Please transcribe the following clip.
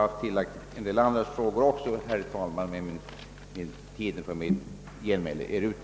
Jag skulle också ha velat tillägga ytterligare en del, men tiden för mitt genmäle är nu ute.